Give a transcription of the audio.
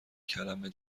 کلمه